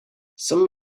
some